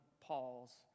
Paul's